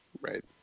Right